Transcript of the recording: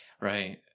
Right